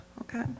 Okay